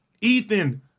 Ethan